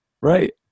Right